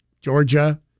Georgia